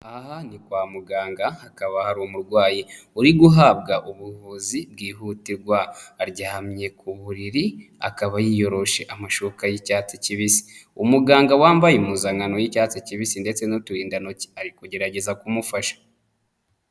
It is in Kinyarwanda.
Aha ni kwa muganga, hakaba hari umurwawanyi, uri guhabwa ubuvuzi bwihutirwa, aryamye ku buriri, akaba yiyoroshe amashuka y'icyatsi kibisi. Umuganga wambaye impuzankano y'icyatsi kibisi ndetse n'uturindantoki ari kugerageza kumufasha.